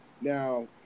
now